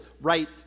right